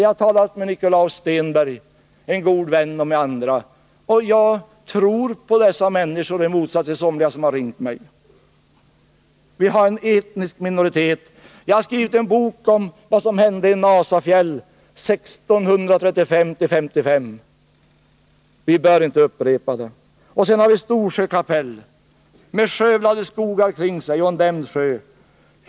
Jag har talat med Nikolaus Stenberg, SSR:s ordförande, en god vän, och jag har talat med andra. I motsats till somliga som har ringt mig tror jag på dessa människor. Vi har en etnisk minoritet som vi tar hänsyn till. Jag har skrivit en bok om vad som hände i Nasafjäll 1635-1655. Vi bör inte upprepa de misstagen. Sedan har vi Storsjö kapell — med skövlade skogar kring sig och en dämd sjö.